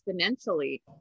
exponentially